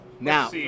now